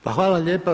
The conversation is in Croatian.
Pa hvala lijepa.